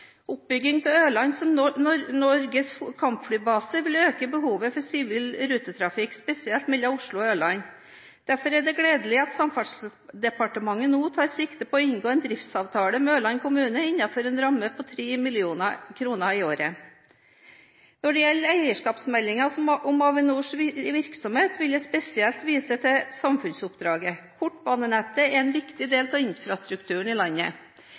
Oppbyggingen av Ørland som Norges kampflybase vil øke behovet for sivil rutetrafikk, spesielt mellom Oslo og Ørland. Derfor er det gledelig at Samferdselsdepartementet nå tar sikte på å inngå en driftsavtale med Ørland kommune innenfor en ramme på 3 mill. kr i året. Når det gjelder eierskapsmeldingen om Avinors virksomhet, vil jeg spesielt vise til samfunnsoppdraget. Kortbanenettet er en viktig del av infrastrukturen i landet.